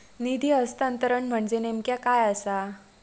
निधी हस्तांतरण म्हणजे नेमक्या काय आसा?